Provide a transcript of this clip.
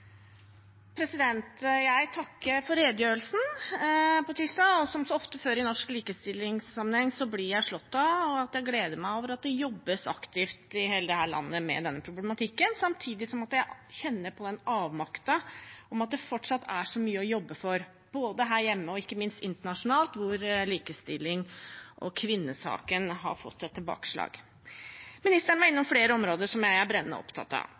Jeg takker for redegjørelsen tirsdag. Som så ofte før i norsk likestillingssammenheng blir jeg slått av, og jeg gleder meg over, at det jobbes aktivt i hele landet med denne problematikken, samtidig som jeg kjenner på en avmakt fordi det fortsatt er så mye å jobbe for her hjemme og ikke minst internasjonalt, hvor likestilling og kvinnesaken har fått et tilbakeslag. Ministeren var innom flere områder som jeg er brennende opptatt av